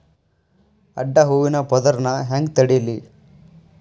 ಅಡ್ಡ ಹೂವಿನ ಪದರ್ ನಾ ಹೆಂಗ್ ತಡಿಲಿ?